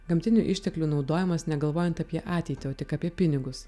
gamtinių išteklių naudojimas negalvojant apie ateitį o tik apie pinigus